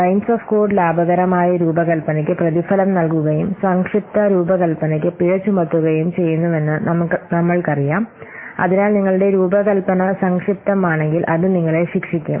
lines of code ലാഭകരമായ രൂപകൽപ്പനയ്ക്ക് പ്രതിഫലം നൽകുകയും സംക്ഷിപ്ത രൂപകൽപ്പനയ്ക്ക് പിഴ ചുമത്തുകയും ചെയ്യുന്നുവെന്ന് നമ്മൾക്കറിയാം അതിനാൽ നിങ്ങളുടെ രൂപകൽപ്പന സംക്ഷിപ്തമാണെങ്കിൽ അത് നിങ്ങളെ ശിക്ഷിക്കും